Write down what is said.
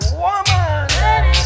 woman